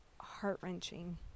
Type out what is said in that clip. heart-wrenching